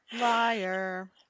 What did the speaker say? Liar